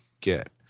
get